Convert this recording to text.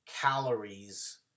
calories